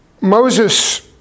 Moses